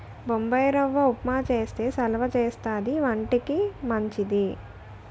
బొంబాయిరవ్వ ఉప్మా చేస్తే సలవా చేస్తది వంటికి మంచిది